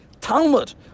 Talmud